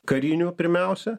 karinių pirmiausia